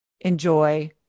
enjoy